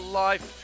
life